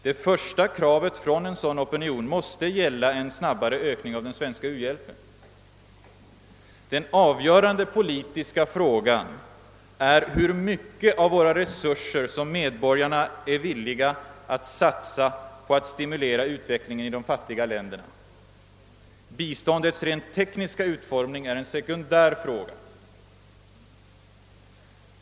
Det första kravet från en sådan opinion måste gälla en snabbare ökning av den svenska u-hjälpen. Den avgörande politiska frågan är hur mycket av våra resurser som medborgarna är villiga att satsa på att stimulera utvecklingen i de fattiga länderna. Biståndets rent tekniska utformning är en sekundär fråga.